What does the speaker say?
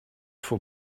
for